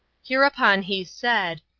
hereupon he said,